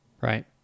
Right